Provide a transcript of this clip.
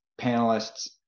panelists